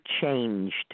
changed